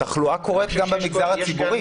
התחלואה קורית גם במגזר הציבורי.